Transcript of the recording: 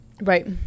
Right